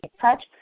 touch